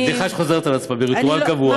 זו בדיחה שחוזרת על עצמה בריטואל קבוע.